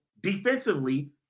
defensively